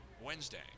Wednesday